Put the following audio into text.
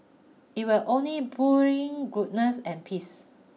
it will only bring goodness and peace